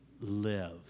live